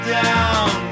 down